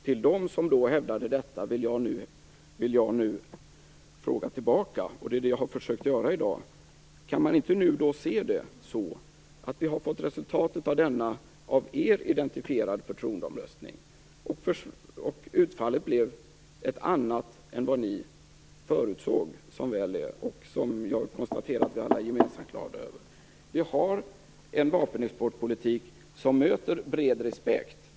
Till dem som hävdade detta vill jag nu, som jag tidigare i dag försökt göra, rikta följande fråga: Kan man inte nu se det så att vi har fått resultatet av denna av er identifierade förtroendeomröstning? Utfallet blev, som väl är, ett annat än vad ni förutsåg, och vi är alla gemensamt glada över resultatet. Vi har en vapenexportpolitik som möter bred respekt.